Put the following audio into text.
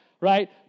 right